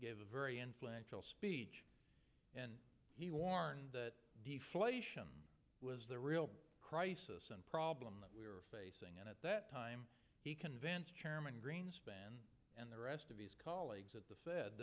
gave a very influential speech and he warned that deflation was the real problem that we were facing and at that time he convinced chairman greenspan and the rest of his colleagues at the sa